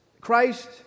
Christ